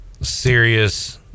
serious